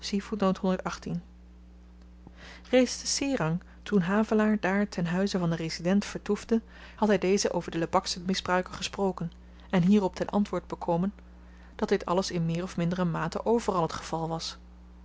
reeds te serang toen havelaar daar ten huize van den resident vertoefde had hy dezen over de lebaksche misbruiken gesproken en hierop ten antwoord bekomen dat dit alles in meer of mindere mate overal t geval was